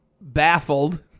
baffled